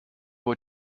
were